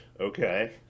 Okay